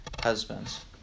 husbands